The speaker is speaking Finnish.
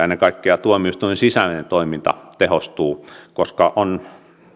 ennen kaikkea tuomioistuinten sisäinen toiminta tehostuu koska meillä on